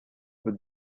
with